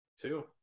two